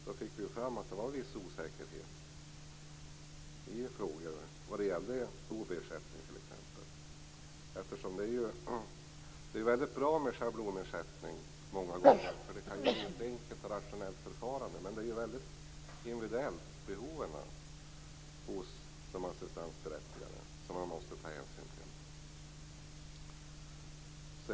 Då fick vi fram att det var viss osäkerhet i frågor som gällde t.ex. OB-ersättningen. Det är många gånger mycket bra med schablonersättning. Det är ett enkelt och rationellt förfarande. Men de assistansberättigades behov är mycket individuella, och det måste man ta hänsyn till.